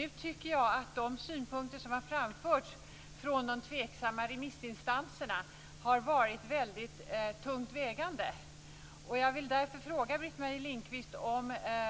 Jag tycker att de synpunkter som har framförts av de tveksamma remissinstanserna har varit mycket tungt vägande. Jag vill därför fråga Britt-Marie Lindkvist om